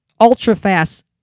ultra-fast